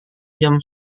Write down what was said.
jam